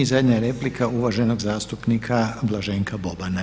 I zadnja replika uvaženog zastupnika Blaženka Bobana.